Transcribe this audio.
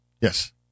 yes